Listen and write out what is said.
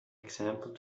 example